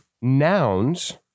nouns